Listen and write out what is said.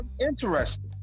interesting